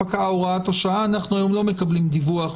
פקעה הוראת השעה, אנחנו היום לא מקבלים דיווח